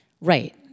right